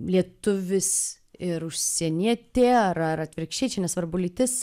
lietuvis ir užsienietė ar ar atvirkščiai čia nesvarbu lytis